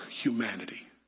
humanity